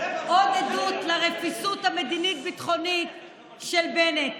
עוד עדות לרפיסות המדינית-ביטחונית של בנט.